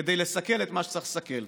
כדי לסכל את מה שצריך לסכל,